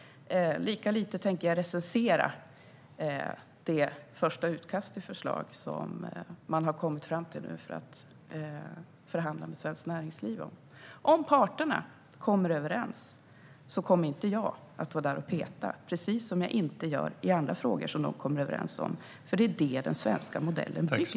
Lika lite tänker jag recensera det första utkast till förslag som man nu har kommit fram till för att förhandla med Svenskt Näringsliv om. Om parterna kommer överens kommer inte jag att vara där och peta, vilket jag inte heller gör i andra frågor där de kommer överens, för det är det den svenska modellen bygger på.